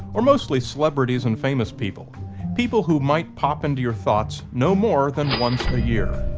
or mostly celebrities and famous people people who might pop into your thoughts no more than once a year.